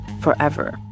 forever